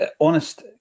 honest